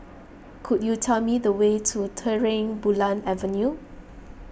could you tell me the way to Terang Bulan Avenue